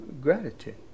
gratitude